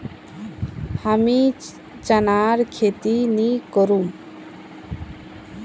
हमीं चनार खेती नी करुम